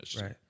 Right